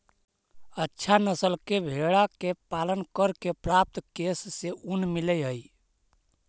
अच्छा नस्ल के भेडा के पालन करके प्राप्त केश से ऊन मिलऽ हई